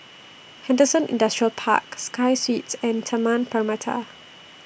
Henderson Industrial Park Sky Suites and Taman Permata